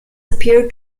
appear